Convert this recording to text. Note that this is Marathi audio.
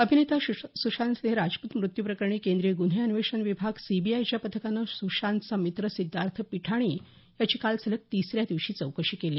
अभिनेता सुशांतसिंह राजपूत मृत्यू प्रकरणी केंद्रीय गुन्हे अन्वेषण विभाग सीबीआयच्या पथकानं स्शांतचा मित्र सिद्धार्थ पिठानी याची काल सलग तिसऱ्या दिवशी चौकशी केली